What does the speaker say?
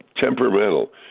temperamental